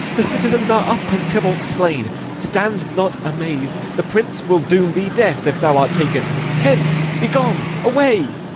the citizens are up, and tybalt slain stand not amaz'd. the prince will doom thee death if thou art taken. hence, be gone, away!